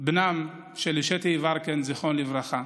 בנם של אישטה יברקן, זיכרונו לברכה,